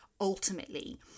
ultimately